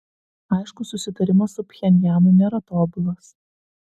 aišku susitarimas su pchenjanu nėra tobulas